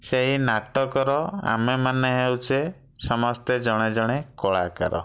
ସେହି ନାଟକର ଆମେମାନେ ହେଉଛେ ସମସ୍ତେ ଜଣେ ଜଣେ କଳାକାର